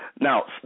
Now